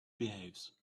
behaves